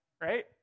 right